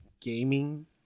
gaming